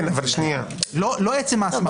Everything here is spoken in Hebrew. לא עצם ההסמכה.